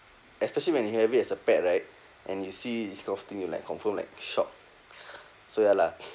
especially when you have it as a pet right and you see this kind of thing you like confirm like shocked so ya lah